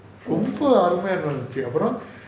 ரொம்ப அருமையா நடந்துச்சு அப்புறம்:romba arumaiya nadanthuchi appuram